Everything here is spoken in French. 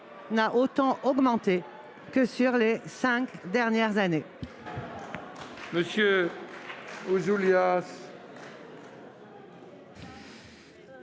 n'a autant augmenté que sur les cinq dernières années.